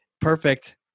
perfect